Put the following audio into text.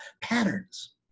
patterns